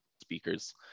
speakers